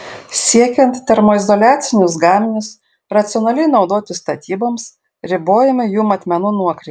siekiant termoizoliacinius gaminius racionaliai naudoti statyboms ribojami jų matmenų nuokrypiai